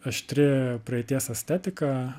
aštri praeities estetika